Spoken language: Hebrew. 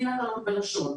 לדין הקלות בלשון.